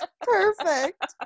Perfect